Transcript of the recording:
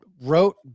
wrote